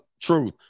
truth